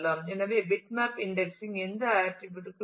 எனவே bitmap indexing எந்த attribute க்கும் இல்லை